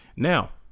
now